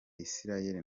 isirayeli